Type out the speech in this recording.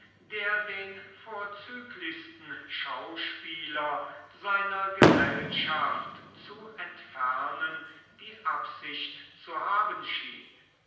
der den vorzüglichsten schauspieler seiner gesellschaft zu entfernen die absicht zu haben schien